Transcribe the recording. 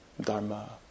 dharma